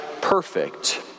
perfect